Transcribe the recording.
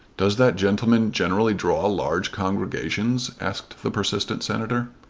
does that gentleman generally draw large congregations? asked the persistent senator.